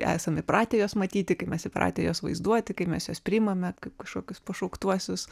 esam įpratę juos matyti kai mes įpratę jos vaizduoti kaip mes juos priimame kaip kažkokius pašauktuosius